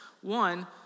One